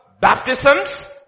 baptisms